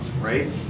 right